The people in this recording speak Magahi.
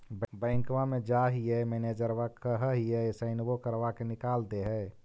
बैंकवा मे जाहिऐ मैनेजरवा कहहिऐ सैनवो करवा के निकाल देहै?